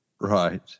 Right